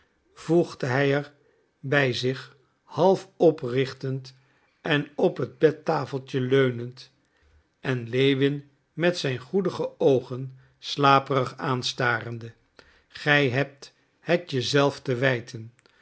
voegde hij er bij zich half oprichtend en op het bedtafeltje leunend en lewin met zijn goedige oogen slaperig aanstarende gij hebt het je zelf te wijten